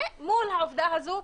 ומול העובדה הזו,